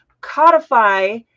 codify